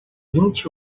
vinte